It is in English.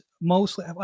mostly